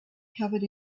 covered